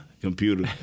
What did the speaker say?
computer